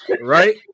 Right